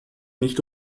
nicht